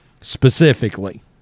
specifically